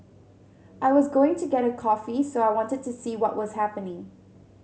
I was going to get a coffee so I wanted to see what was happening